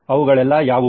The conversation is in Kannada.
ಅವುಗಳೆಲ್ಲಾ ಯಾವುವು